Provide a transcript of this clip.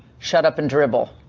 shut up and dribble.